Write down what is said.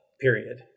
period